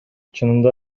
чынында